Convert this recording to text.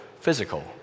physical